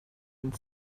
and